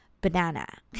banana